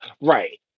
Right